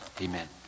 Amen